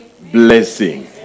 blessing